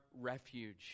refuge